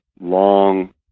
long